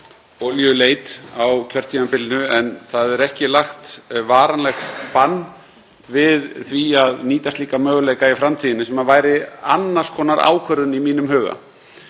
olíuleit á kjörtímabilinu, en það er ekki lagt varanleg bann við því að nýta slíka möguleika í framtíðinni — sem væri annars konar ákvörðun í mínum huga.